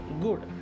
good